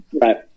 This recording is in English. Right